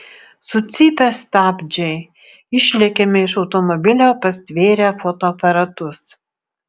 sucypia stabdžiai išlekiame iš automobilio pastvėrę fotoaparatus